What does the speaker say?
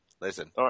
Listen